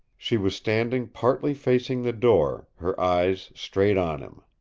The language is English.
she was standing partly facing the door, her eyes straight on him.